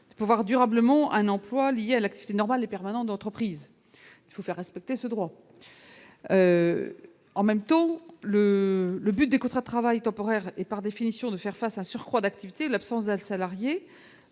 pouvoir durablement un emploi lié à l'activité normale et permanente d'entreprise, il faut faire respecter ce droit en même temps le le but des contrats travail temporaire et par définition de faire face à surcroît d'activité, l'absence d'un salarié